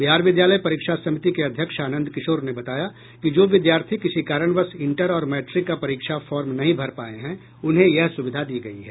बिहार विद्यालय परीक्षा समिति के अध्यक्ष आनंद किशोर ने बताया कि जो विद्यार्थी किसी कारण इंटर और मैट्रिक का परीक्षा फॉर्म नहीं भर पाये हैं उन्हें यह सुविधा दी गयी है